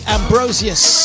Ambrosius